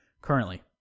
currently